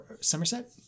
Somerset